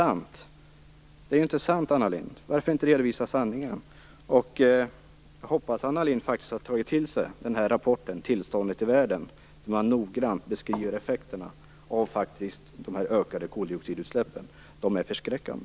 Det är inte sant, Anna Lindh. Varför redovisar hon inte sanningen? Jag hoppas att Anna Lindh har tagit till sig rapporten Tillståndet i världen. Där beskriver man noggrant effekterna av de ökade koldioxidutsläppen. De är förskräckande.